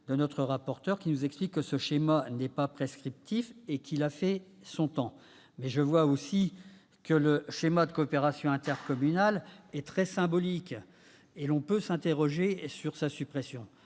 de notre rapporteur, qui nous explique que ce schéma n'est pas prescriptif et qu'il a fait son temps. Mais je vois aussi que le schéma de coopération intercommunale est très symbolique. On peut d'autant plus s'interroger sur sa suppression,